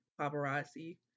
paparazzi